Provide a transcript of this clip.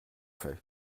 fait